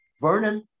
Vernon